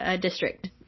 district